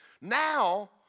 Now